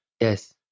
Yes